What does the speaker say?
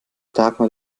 dagmar